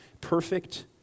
Perfect